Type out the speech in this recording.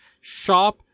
shop